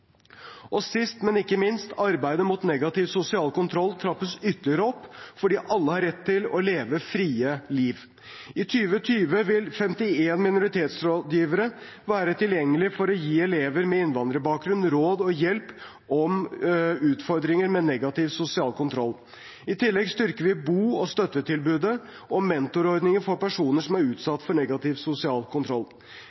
Og sist, men ikke minst: Arbeidet mot negativ sosial kontroll trappes ytterligere opp, fordi alle har rett til å leve et fritt liv. I 2020 vil 51 minoritetsrådgivere være tilgjengelig for å gi elever med innvandrerbakgrunn råd og hjelp om utfordringer med negativ sosial kontroll. I tillegg styrker vi bo- og støttetilbudet og mentorordningen for personer som er